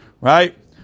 right